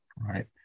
right